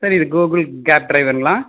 sir இது Gokul cab டிரைவருங்களா